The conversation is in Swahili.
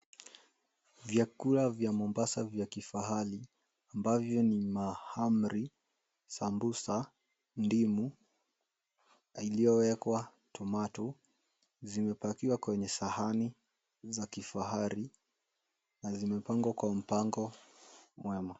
Vyakula vya Mombasa vya kifahari, ambavyo ni mahamri, sambusa, ndimu iliyowekwa tomato zimepakiwa kwenye sahani za kifahari na zimepangwa kwa mpango mwema.